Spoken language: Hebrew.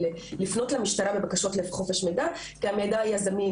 לפנות למשטרה בבקשות לחופש מידע כי המידע היה זמין